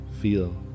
feel